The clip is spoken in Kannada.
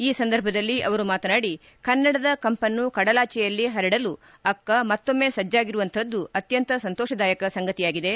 ಈ ಸಂದರ್ಭದಲ್ಲಿ ಅವರು ಮಾತನಾದಿ ಕನ್ನಡದ ಕಂಪನ್ನು ಕಡಲಾಚೆಯಲ್ಲಿ ಹರಡಲು ಅಕ್ಕ ಮತ್ತೊಮ್ಮೆ ಸಜ್ಟಾಗಿರುವಂತಹದ್ದು ಅತ್ಯಂತ ಸಂತೋಷದಾಯಕ ಸಂಗತಿಯಾಗಿದೆ